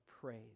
praise